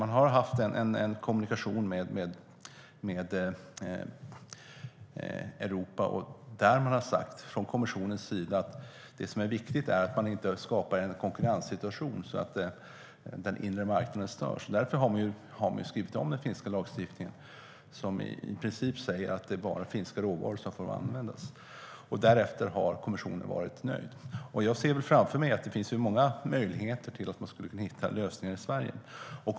Man har haft en kommunikation med Europa där kommissionen har sagt att det viktiga är att man inte skapar en konkurrenssituation så att den inre marknaden störs. Därför har man skrivit om den finska lagstiftningen som i princip säger att det bara är finska råvaror som får användas. Därefter har kommissionen varit nöjd. Jag ser framför mig att det finns många möjligheter att hitta lösningar även i Sverige.